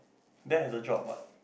that has a job what